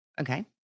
Okay